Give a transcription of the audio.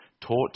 taught